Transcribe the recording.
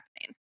happening